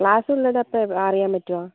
ക്ലാസ്സുള്ളതപ്പം അറിയാൻ പറ്റുമൊ